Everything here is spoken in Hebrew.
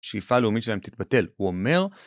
שאיפה הלאומית שלהם תתפטל הוא אומר